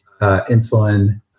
insulin